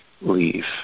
leave